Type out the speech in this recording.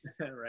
Right